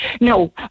No